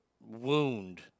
wound